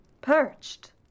Perched